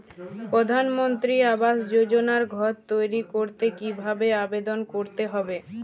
প্রধানমন্ত্রী আবাস যোজনায় ঘর তৈরি করতে কিভাবে আবেদন করতে হবে?